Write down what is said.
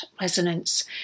resonance